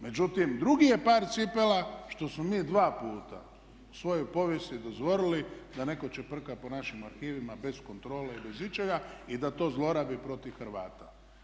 Međutim, drugi je par cipela što smo mi dva puta u svojoj povijesti dozvolili da netko čeprka po našim arhivima bez kontrole i bez ičega i da to zlorabi protiv Hrvata.